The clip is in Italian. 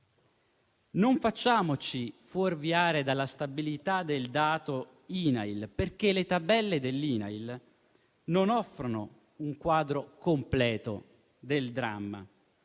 non facciamoci fuorviare dalla stabilità del dato INAIL, le cui tabelle non offrono un quadro completo del dramma,